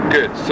Good